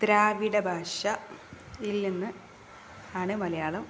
ദ്രാവിഡ ഭാഷയില് നിന്നാണ് ആണ് മലയാളം